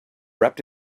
wrapped